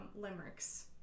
limericks